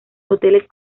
hoteles